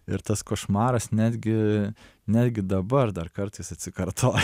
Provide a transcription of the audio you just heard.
ir tas košmaras netgi netgi dabar dar kartais atsikartoja